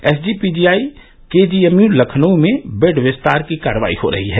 SGPGI KGMU Lucknow में bed विस्तार की कार्रवाई हो रही है